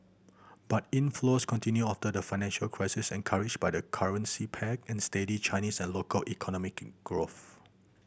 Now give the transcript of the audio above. but inflows continued after the financial crisis encouraged by the currency peg and steady Chinese and local economic growth